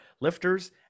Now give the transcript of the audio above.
lifters